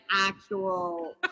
actual